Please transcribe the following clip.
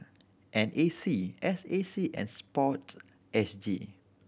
N A C S A C and SPORTSG